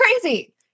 crazy